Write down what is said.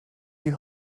die